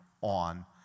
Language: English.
on